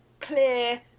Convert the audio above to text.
clear